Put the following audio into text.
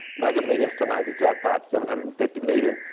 mega millions tonight, the jackpot seven hundred and fifty million.